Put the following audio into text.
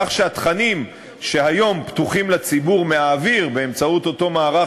כך שהתכנים שהיו פתוחים לציבור מהאוויר באמצעות אותו מערך